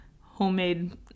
homemade